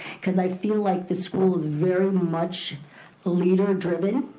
cause i feel like the school is very much leader-driven,